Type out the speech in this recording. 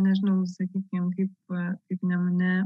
nežinau sakykime kaip nemune